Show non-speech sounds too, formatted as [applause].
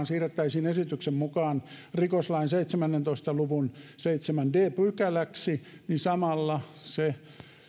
[unintelligible] siirrettäisiin esityksen mukaan rikoslain seitsemäntoista luvun seitsemänneksi d pykäläksi niin samalla se